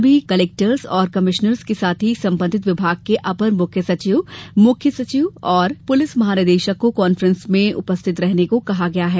सभी कमिश्नर्स और कलेक्टर्स के साथ ही संबंधित विभाग के अपर मुख्य सचिव प्रमुख सचिव और सचिव और पुलिस महानिदेशक को कॉन्फ्रॅस में उपस्थित रहने को कहा गया है